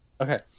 Okay